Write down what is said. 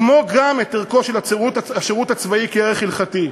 כמו גם את ערכו של השירות הצבאי כערך הלכתי.